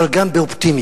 אבל גם באופטימיות.